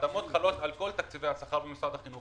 ההתאמות חלות על כל תקציבי השכר במשרד החינוך,